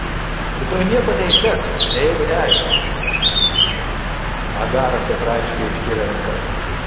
rytoj nieko neišdegs nejaugi neaišku agaras teatrališkai iškėlė rankas